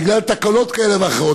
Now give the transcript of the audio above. בגלל תקלות כאלה ואחרות,